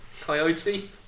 Coyote